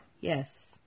Yes